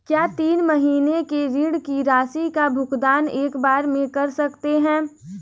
क्या तीन महीने के ऋण की राशि का भुगतान एक बार में कर सकते हैं?